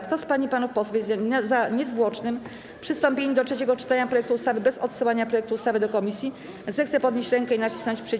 Kto z pań i panów posłów jest za niezwłocznym przystąpieniem do trzeciego czytania projektu ustawy bez odsyłania projektu ustawy do komisji, zechce podnieść rękę i nacisnąć przycisk.